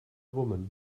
woman